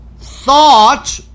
Thought